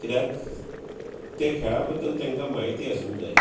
कित्याक त्या खेळा बद्दल तेंका म्हायती आसूंक जाय